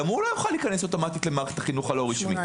גם הוא לא יוכל אוטומטית להיכנס למערכת החינוך הלא רשמית.